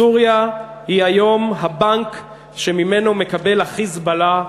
סוריה היא היום הבנק שממנו מקבל ה"חיזבאללה"